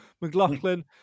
McLaughlin